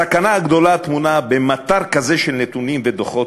הסכנה הגדולה הטמונה במטר כזה של נתונים ודוחות